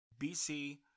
bc